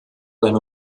sein